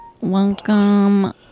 Welcome